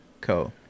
Co